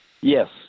yes